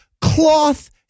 cloth